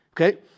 okay